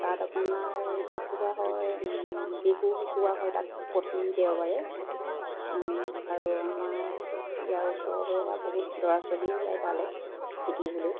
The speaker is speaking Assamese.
তাত আপোনাৰ শিকোৱা হয় বিহু শিকোৱা হয় তাত প্ৰতি দেওবাৰে আৰু আমাৰ ইয়াৰ ওচৰৰ পৰা বহুত ল'ৰা ছোৱালীও যায় তালৈ শিকিবলৈ